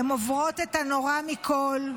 הן עוברות את הנורא מכול.